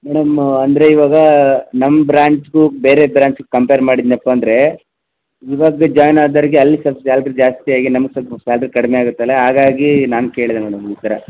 madam ಅಂದರೆ ಇವಾಗ ನಮ್ಮ ಬ್ರ್ಯಾಂಚ್ಗು ಬೇರೆ ಬ್ರಾಂಚ್ಗೂ ಕಂಪೇರ್ ಮಾಡಿದ್ನೆಪ್ಪ ಅಂದರೆ ಇವಾಗ್ ಜಾಯಿನ್ ಆದರ್ಗೆ ಅಲ್ಲಿ ಸಲ್ಪ ಸ್ಯಾಲ್ರಿ ಜಾಸ್ತಿ ಆಗಿ ನಮ್ಗ ಸೊಲ್ಪ ಸ್ಯಾಲ್ರಿ ಕಡಿಮೆ ಆಗುತ್ತಲ್ಲಾ ಹಾಗಾಗೀ ನಾನು ಕೇಳ್ದೆ ಮೇಡಮ್ ಈ ಥರ